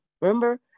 Remember